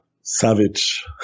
savage